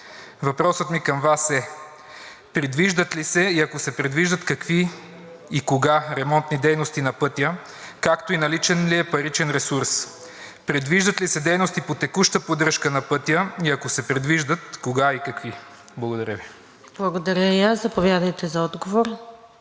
Въпросът ми към Вас е: предвиждат ли се и ако се предвиждат, какви и кога ремонтни дейности на пътя, както и наличен ли е паричен ресурс? Предвиждат ли се дейности по текуща поддръжка на пътя и ако се предвиждат, кога и какви? Благодаря Ви. ПРЕДСЕДАТЕЛ НАДЕЖДА САМАРДЖИЕВА: Благодаря.